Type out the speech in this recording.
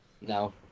No